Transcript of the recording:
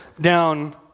down